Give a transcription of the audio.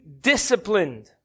disciplined